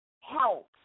help